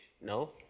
No